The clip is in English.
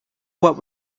what